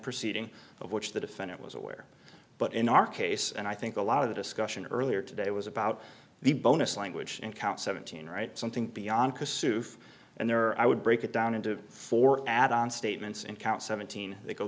proceeding of which the defendant was aware but in our case and i think a lot of the discussion earlier today was about the bonus language in count seventeen right something beyond because souf and there i would break it down into four add on statements and count seventeen that go